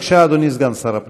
בבקשה, אדוני סגן שר הפנים.